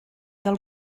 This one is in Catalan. del